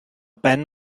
ben